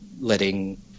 letting